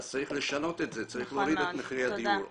אז צריך לשנות את זה, צריך להוריד את מחירי הדיור.